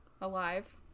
alive